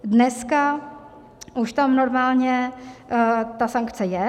Dneska už tam normálně ta sankce je.